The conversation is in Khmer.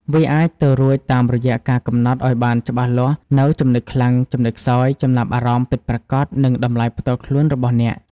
វាអាចទៅរួចតាមរយៈការកំណត់ឱ្យបានច្បាស់លាស់នូវចំណុចខ្លាំង ចំណុចខ្សោយ ចំណាប់អារម្មណ៍ ពិតប្រាកដ និងតម្លៃផ្ទាល់ខ្លួនរបស់អ្នក។